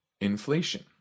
inflation